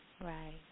Right